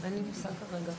אין לי מושג כרגע.